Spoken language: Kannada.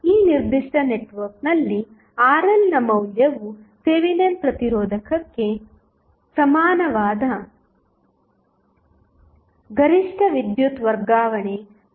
ಆದ್ದರಿಂದ ಈ ನಿರ್ದಿಷ್ಟ ನೆಟ್ವರ್ಕ್ನಲ್ಲಿ RLನ ಮೌಲ್ಯವು ಥೆವೆನಿನ್ ಪ್ರತಿರೋಧಕ್ಕೆ ಸಮನಾದಾಗ ಗರಿಷ್ಠ ವಿದ್ಯುತ್ ವರ್ಗಾವಣೆ ಸಂಭವಿಸುತ್ತದೆ